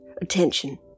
Attention